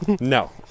no